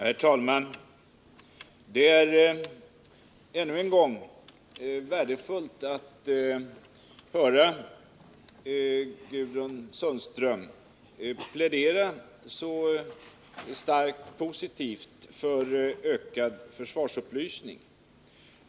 Herr talman! Jag vill säga ännu en gång att det är värdefullt att Gudrun Sundström pläderar så starkt för ökad försvarsupplysning.